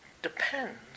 depends